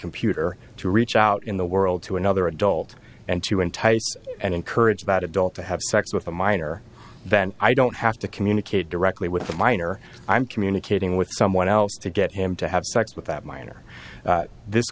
computer to reach out in the world to another adult and to entice and encourage that adult to have sex with a minor then i don't have to communicate directly with the minor i'm communicating with someone else to get him to have sex with that minor this